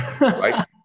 right